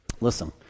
Listen